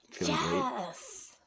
Yes